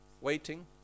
waiting